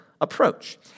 approach